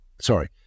Sorry